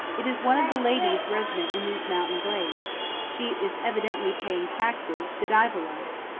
it is one of the ladies resident in these mountain glades she is evidently paying taxes, godiva-like.